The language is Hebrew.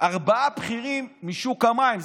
ארבעה בכירים משוק המים.